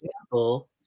example